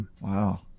Wow